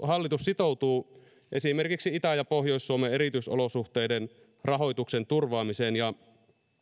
hallitus sitoutuu esimerkiksi itä ja pohjois suomen erityisolosuhteiden rahoituksen turvaamiseen ja